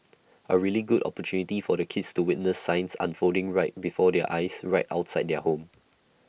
A really good opportunity for the kids to witness science unfolding right before their eyes right outside their home